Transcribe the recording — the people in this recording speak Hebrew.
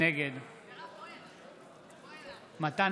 נגד מתן